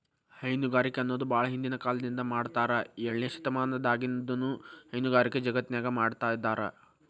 ಹೈನುಗಾರಿಕೆ ಅನ್ನೋದು ಬಾಳ ಹಿಂದಿನ ಕಾಲದಿಂದ ಮಾಡಾತ್ತಾರ ಏಳನೇ ಶತಮಾನದಾಗಿನಿಂದನೂ ಹೈನುಗಾರಿಕೆ ಜಗತ್ತಿನ್ಯಾಗ ಮಾಡ್ತಿದಾರ